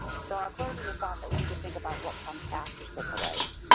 so i'll close with the thought that we need to think about what comes after civil rights,